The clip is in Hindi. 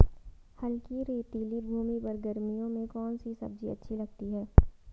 हल्की रेतीली भूमि पर गर्मियों में कौन सी सब्जी अच्छी उगती है?